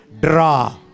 draw